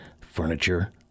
furniture